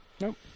Nope